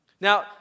Now